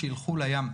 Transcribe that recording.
שילכו לים.